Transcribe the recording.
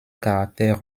caractère